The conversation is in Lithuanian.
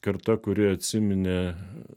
karta kuri atsiminė